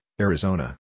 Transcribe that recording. Arizona